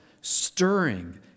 stirring